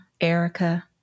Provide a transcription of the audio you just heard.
Erica